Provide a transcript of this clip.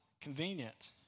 convenient